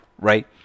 right